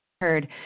heard